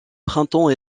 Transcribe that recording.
printemps